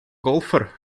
golfer